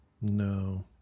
No